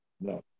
No